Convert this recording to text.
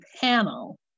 panel